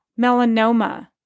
melanoma